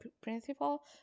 principal